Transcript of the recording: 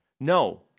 No